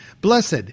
Blessed